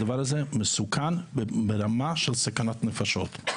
הדבר הזה מסוכן ברמה של סכנת נפשות.